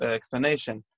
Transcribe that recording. explanation